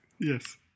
Yes